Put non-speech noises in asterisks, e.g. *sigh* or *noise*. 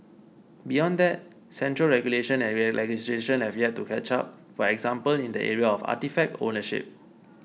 beyond that central regulation and *unintelligible* legislation have yet to catch up for example in the area of artefact ownership